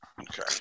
Okay